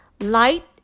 light